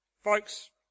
folks